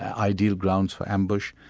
ideal grounds for ambush.